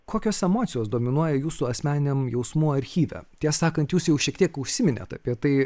kokios emocijos dominuoja jūsų asmeniniam jausmų archyve ties sakant jūs jau šiek tiek užsiminėt apie tai